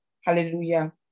Hallelujah